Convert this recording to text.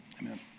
Amen